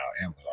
Amazon